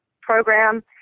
program